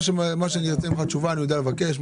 מה שאני ארצה ממך תשובה אני יודע לבקש,